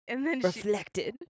Reflected